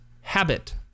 habit